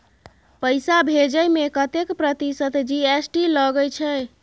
पैसा भेजै में कतेक प्रतिसत जी.एस.टी लगे छै?